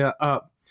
up